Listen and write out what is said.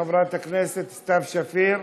חברת הכנסת סתיו שפיר.